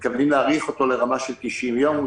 לרמה של 90 ימים.